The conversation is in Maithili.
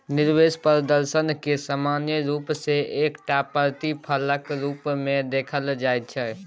निवेश प्रदर्शनकेँ सामान्य रूप सँ एकटा प्रतिफलक रूपमे देखल जाइत छै